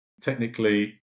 technically